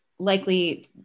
likely